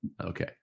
Okay